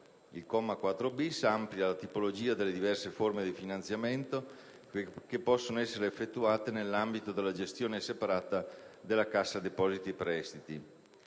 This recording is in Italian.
Il comma 4*-bis* amplia la tipologia delle diverse forme di finanziamento che possono essere effettuate nell'ambito della gestione separata della cassa depositi e prestiti.